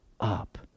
up